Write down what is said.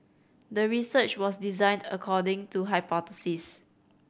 the research was designed according to hypothesis